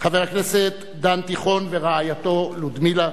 חבר הכנסת דן תיכון ורעייתו לודמילה,